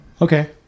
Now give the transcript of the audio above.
okay